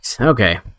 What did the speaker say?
Okay